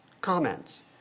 comments